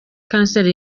kanseri